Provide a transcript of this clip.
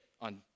on